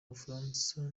bufaransa